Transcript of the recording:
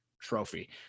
trophy